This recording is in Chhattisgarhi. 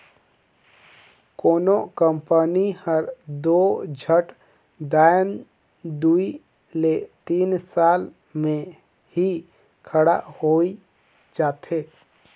कोनो कंपनी हर दो झट दाएन दुई ले तीन साल में ही खड़ा होए जाथे